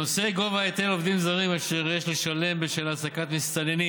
נושא גובה היטל עובדים זרים אשר יש לשלם בשל העסקת מסתננים